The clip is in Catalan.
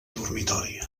dormitori